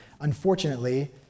Unfortunately